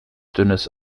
dünnes